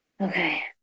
Okay